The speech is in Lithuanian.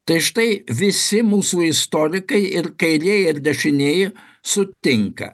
tai štai visi mūsų istorikai ir kairieji ir dešinieji sutinka